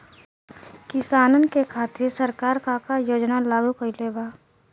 किसानन के खातिर सरकार का का योजना लागू कईले बा?